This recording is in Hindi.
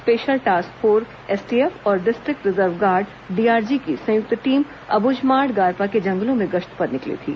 स्पेशल टास्क फोर्स एसटीएफ और डिस्ट्रिक्ट रिजर्व गार्ड डीआरजी की संयुक्त टीम अब्रुझमाड़ गारपा के जंगलों में गश्त पर निकली थी